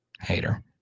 hater